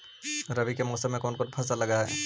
रवि के मौसम में कोन कोन फसल लग है?